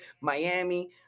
Miami